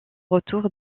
retour